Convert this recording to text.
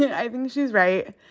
yeah i think she's right.